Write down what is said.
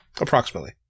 Approximately